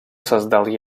создал